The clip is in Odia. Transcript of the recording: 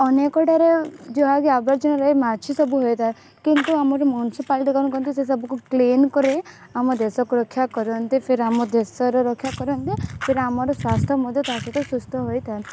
ଅନେକଠାରେ ଯାହାକି ଆବର୍ଜନା ରହେ ମାଛି ସବୁ ହୋଇଥାଏ କିନ୍ତୁ ଆମର ମ୍ୟୁନିସିପାଲିଟି କ'ଣ କରନ୍ତି ସେ ସବୁକୁ କ୍ଲିନ୍ କରାଇ ଆମ ଦେଶକୁ ରକ୍ଷା କରନ୍ତି ଫିର୍ ଆମ ଦେଶର ରକ୍ଷା କରନ୍ତି ଫିର୍ ଆମର ସ୍ୱାସ୍ଥ୍ୟ ମଧ୍ୟ ତା ସହିତ ସୁସ୍ଥ ହୋଇଥାଏ